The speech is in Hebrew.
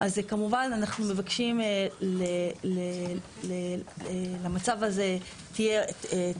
בסופו יבוא "בסעיף קטן זה "יצרן מזון" - למעט יצרן